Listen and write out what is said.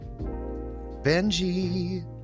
Benji